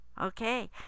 okay